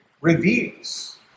reveals